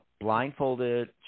blindfolded